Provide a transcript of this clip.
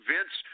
Vince